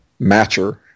matcher